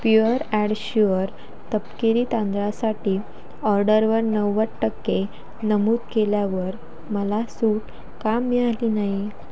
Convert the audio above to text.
pure and sure तपकिरी तांदळासाठी ऑर्डरवर नव्वद टक्के नमूद केल्यावर मला सूट का मिळाली नाही